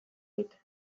dit